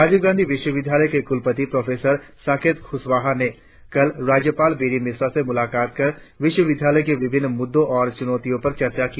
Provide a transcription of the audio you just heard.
राजीव गांधी विश्वविद्यालय के कुलपति प्रोफेसर साकेत खुशवाहा ने कल राज्यपाल बी डि मिश्रा से मुलाकात कर विश्वविद्यालय के विभिन्न मुद्दों और चुनौतियों पर चर्चा की